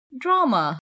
drama